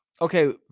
Okay